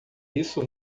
isso